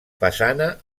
façana